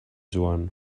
joan